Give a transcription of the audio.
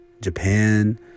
Japan